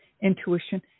intuition